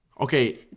okay